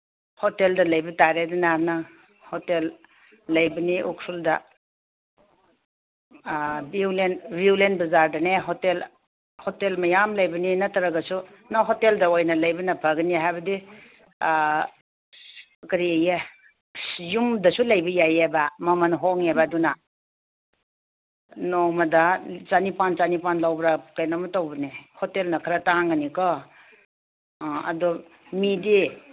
ꯍꯣꯇꯦꯜꯗ ꯂꯩꯕ ꯇꯥꯔꯦꯗꯅ ꯅꯪ ꯍꯣꯇꯦꯜ ꯂꯩꯕꯅꯤ ꯎꯈ꯭ꯔꯨꯜꯗ ꯕ꯭ꯌꯨꯂꯦꯟ ꯕꯖꯥꯔꯗꯅꯦ ꯍꯣꯇꯦꯜ ꯍꯣꯇꯦꯜ ꯃꯌꯥꯝ ꯂꯩꯕꯅꯤ ꯅꯠꯇ꯭ꯔꯕꯁꯨ ꯅꯪ ꯍꯣꯇꯦꯜꯗ ꯑꯣꯏꯅ ꯂꯩꯕꯅ ꯐꯒꯅꯤ ꯍꯥꯏꯕꯗꯤ ꯀꯔꯤꯌꯦ ꯌꯨꯝꯗꯁꯨ ꯂꯩꯕ ꯌꯥꯏꯌꯦꯕ ꯃꯃꯜ ꯍꯣꯡꯉꯦꯕ ꯑꯗꯨꯅ ꯅꯣꯡꯃꯗ ꯆꯅꯤꯄꯥꯜ ꯆꯅꯤꯄꯥꯜ ꯂꯧꯕ꯭ꯔꯥ ꯀꯩꯅꯣꯝꯃ ꯇꯧꯕꯅꯦ ꯍꯣꯇꯦꯜꯅ ꯈꯔ ꯇꯥꯡꯒꯅꯤꯀꯣ ꯑ ꯑꯗꯨ ꯃꯤꯗꯤ